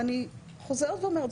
ואני חוזרת ואומרת,